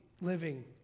living